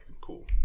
cool